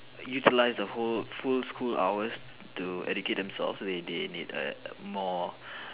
utilize a whole full school hours to educate themselves so that they need more